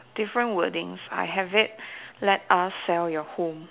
different wordings I have it let us sell your home